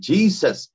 Jesus